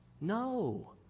No